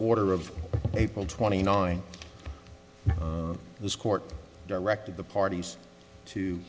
order of april twenty ninth this court directed the parties to